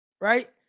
right